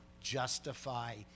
justify